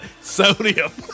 Sodium